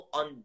on